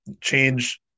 change